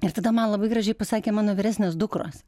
ir tada man labai gražiai pasakė mano vyresnės dukros